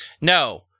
No